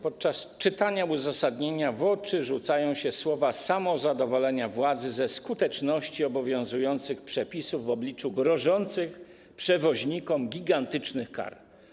Podczas czytania uzasadnienia w oczy rzucają się słowa samozadowolenia władzy ze skuteczności obowiązujących przepisów w obliczu grożących przewoźnikom gigantycznych kar.